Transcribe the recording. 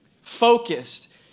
focused